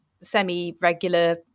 semi-regular